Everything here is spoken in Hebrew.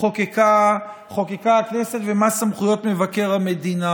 חוקקה הכנסת ומה סמכויות מבקר המדינה.